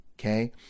Okay